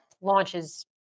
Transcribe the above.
launches